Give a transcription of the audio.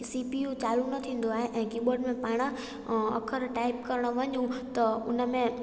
C P U चालू न थींदो आहे ऐं की बॉड में पाणि अख़र टाइप करण वञू त हुन में